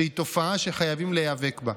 שהיא תופעה שחייבים להיאבק בה.